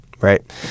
right